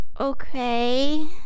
okay